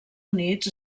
units